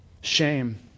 shame